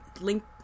Link